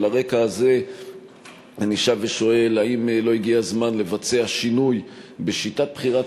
על הרקע הזה אני שב ושואל האם לא הגיע הזמן לבצע שינוי בשיטת בחירת